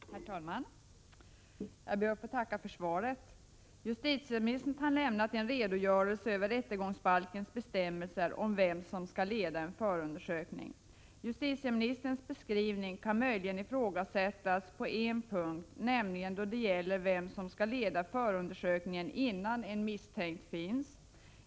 Herr talman! Jag ber att få tacka för svaret. Justitieministern har lämnat en redogörelse över rättegångsbalkens bestämmelser om vem som skall leda en förundersökning. Justitieministerns beskrivning kan möjligen i frågasättas på en punkt, nämligen då det gäller vem som skall leda en förundersökning innan en misstänkt finns.